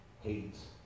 hates